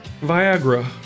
Viagra